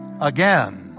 again